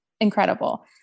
incredible